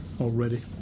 already